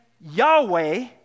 Yahweh